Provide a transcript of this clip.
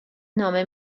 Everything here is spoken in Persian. نامه